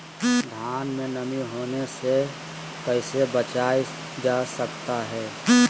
धान में नमी होने से कैसे बचाया जा सकता है?